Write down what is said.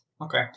Okay